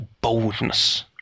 boldness